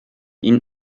ihnen